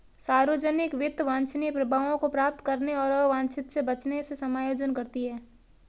सार्वजनिक वित्त वांछनीय प्रभावों को प्राप्त करने और अवांछित से बचने से समायोजन करती है